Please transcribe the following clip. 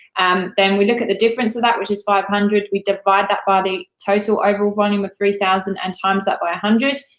um then we look at the difference of that, which is five hundred. we divide that by the total overall volume of three thousand and times that by one hundred,